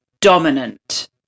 dominant